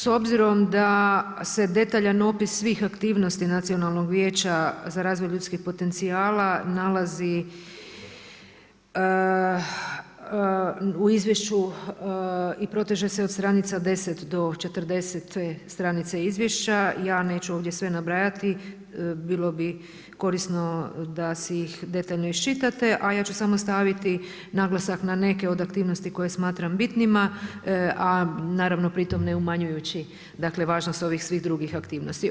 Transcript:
S obzirom da se detaljan opis svih aktivnosti Nacionalnog vijeća za razvoj ljudskih potencijala nalazi u izvješću i proteže se od stranica 10 do 40. stranice izvješća, ja neću ovdje sve nabrajati, bilo bi korisno da si ih detaljno iščitate a ja ću samo staviti naglasak na neke od aktivnosti koje smatram bitnima a naravno pritom ne umanjujući važnost ovih svih drugih aktivnosti.